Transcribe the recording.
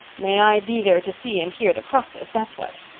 may i be there to see and hear the process, that's what.